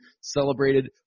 celebrated